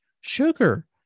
sugar